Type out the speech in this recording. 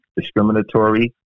discriminatory